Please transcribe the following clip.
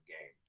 game